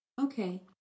Okay